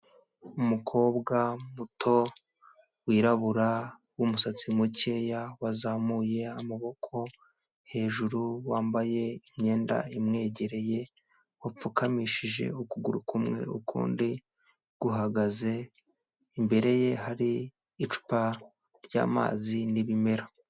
Umukobwa muto wirabura w'umusatsi mukeya wazamuye amaboko hejuru, wambaye imyenda imwegereye wapfukamishije ukuguru kumwe ukundi guhagaze, imbere ye hari icupa ry'amazi n'ibimera.